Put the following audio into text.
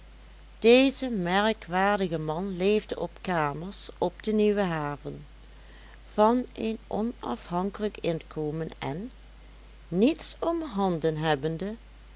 deze merkwaardige man leefde op kamers op de nieuwe haven van een onafhankelijk inkomen en niets omhanden hebbende